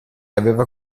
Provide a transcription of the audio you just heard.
aveva